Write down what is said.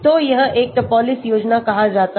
तो यह एक Topliss योजना कहा जाता है